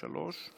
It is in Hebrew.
3,